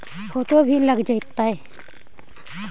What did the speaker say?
Photo भी लग तै?